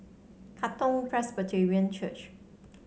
Katong Presbyterian Church